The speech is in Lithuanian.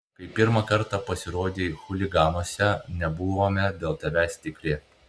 kai pirmą kartą pasirodei chuliganuose nebuvome dėl tavęs tikri